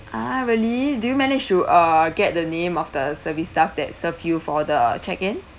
ah really do you manage to uh get the name of the service staff that serve you for the check in